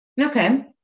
Okay